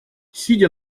сидя